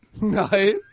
Nice